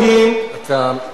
הם לא מגיעים